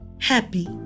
happy